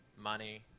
money